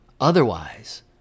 Otherwise